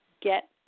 get